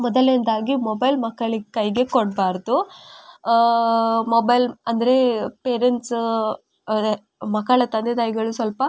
ಮೊದಲನೆಯದಾಗಿ ಮೊಬೈಲ್ ಮಕ್ಕಳಿಗೆ ಕೈಗೆ ಕೊಡ್ಬಾರ್ದು ಮೊಬೈಲ್ ಅಂದರೆ ಪೇರೆಂಟ್ಸ್ ಅದೇ ಮಕ್ಕಳ ತಂದೆ ತಾಯಿಗಳು ಸ್ವಲ್ಪ